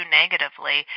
negatively